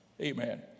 Amen